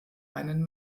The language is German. einen